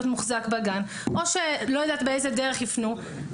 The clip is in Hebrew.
מוחזק בגן או שלא יודעת באיזו דרך יפנו,